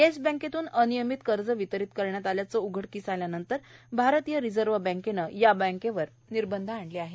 yes बँकेतून अनियमित कर्ज वितरित करण्यात आल्याचं उघडकीस आल्यानंतर भारतीय रिझर्व्ह बँकेनं येस बँकेवर निर्बंध आणले आहेत